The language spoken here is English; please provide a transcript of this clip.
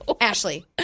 Ashley